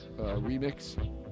remix